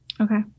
Okay